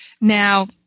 Now